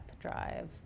drive